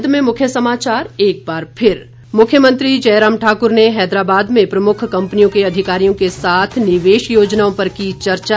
अंत में मुख्य समाचार एक बार फिर मुख्यमंत्री जयराम ठाकुर ने हैदराबाद में प्रमुख कंपनियों के अधिकारियों के साथ निवेश योजनाओं पर की चर्चा